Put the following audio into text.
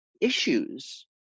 issues